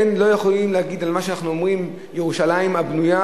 לא יכולים להגיד על מה שאנחנו אומרים "ירושלים הבנויה",